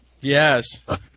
Yes